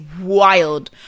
wild